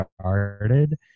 started